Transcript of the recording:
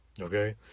Okay